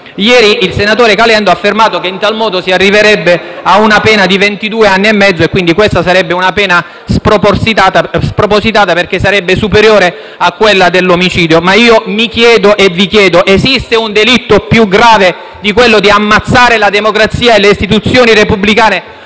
Ieri il senatore Caliendo ha affermato che in tal modo si arriverebbe a una pena di ventidue anni e mezzo, che quindi sarebbe spropositata perché superiore a quella dell'omicidio. Io però mi chiedo e vi chiedo se esiste un delitto più grave di quello di ammazzare la democrazia e le istituzioni repubblicane,